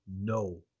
No